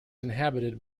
inhabited